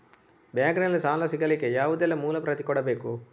Bank ನಲ್ಲಿ ಸಾಲ ಸಿಗಲಿಕ್ಕೆ ಯಾವುದೆಲ್ಲ ಮೂಲ ಪ್ರತಿ ಕೊಡಬೇಕು?